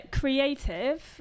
creative